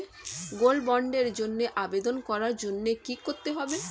Gold বন্ডের জন্য আবেদন করার জন্য কি করতে হবে?